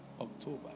October